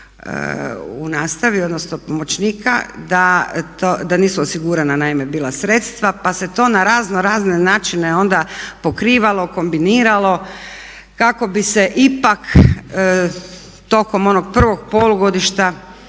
u nastavi odnosno pomoćnika, da nisu osigurana naime bila sredstva pa se to na razno razne načine onda pokrivalo, kombiniralo kako bi se ipak tokom onog prvog polugodišta